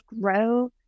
grow